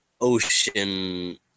ocean